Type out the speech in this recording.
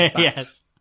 Yes